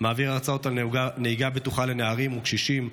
מעביר הרצאות על נהיגה בטוחה לנערים וקשישים,